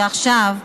שעכשיו,